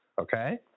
Okay